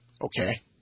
Okay